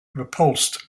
repulsed